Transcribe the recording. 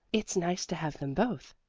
it's nice to have them both.